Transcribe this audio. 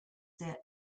der